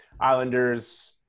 Islanders –